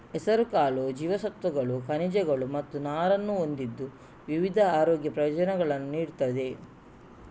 ಹೆಸರುಕಾಳು ಜೀವಸತ್ವಗಳು, ಖನಿಜಗಳು ಮತ್ತು ನಾರನ್ನು ಹೊಂದಿದ್ದು ವಿವಿಧ ಆರೋಗ್ಯ ಪ್ರಯೋಜನಗಳನ್ನು ನೀಡುತ್ತದೆ